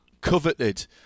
coveted